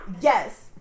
Yes